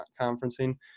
conferencing